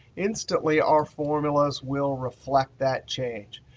instantly our formulas will reflect that change.